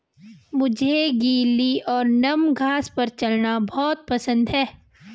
मुझे गीली और नम घास पर चलना बहुत पसंद है